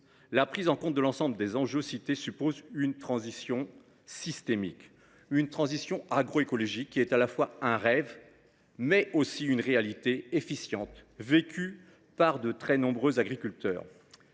La prise en compte de l’ensemble des enjeux cités suppose une transition systémique. Cette transition agroécologique est non seulement un rêve, mais aussi une réalité efficiente, vécue par de très nombreux agriculteurs